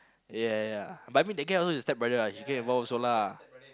ya ya ya but I mean they get along with the stepbrother ah she get involved also lah